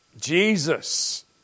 Jesus